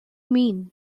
mean